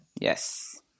Yes